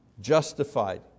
justified